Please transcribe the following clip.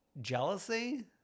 jealousy